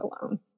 alone